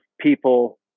people